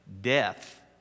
Death